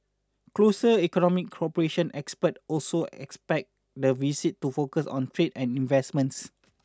closer economic cooperation experts also expect the visit to focus on trade and investments